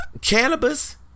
cannabis